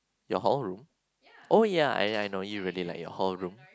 your hall room oh ya I I know you really like your hall room